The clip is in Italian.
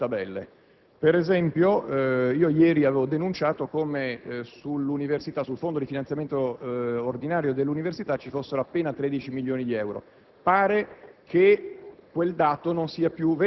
nella notte siano state modificate alcune tabelle. Ad esempio, ieri avevo denunciato come sul Fondo di finanziamento ordinario dell'università fossero appostati appena 13 milioni di euro.